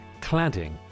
Cladding